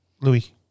Louis